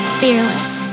fearless